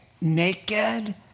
naked